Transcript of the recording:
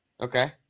Okay